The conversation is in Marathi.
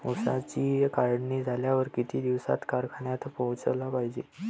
ऊसाची काढणी झाल्यावर किती दिवसात कारखान्यात पोहोचला पायजे?